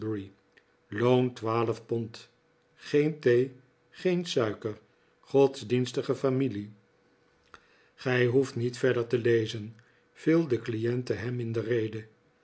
loon twaalf pond geen thee geen suiker godsdienstige familie gij hoeft niet verder te lezen viel de cliente hem in de rede